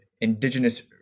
indigenous